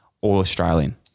All-Australian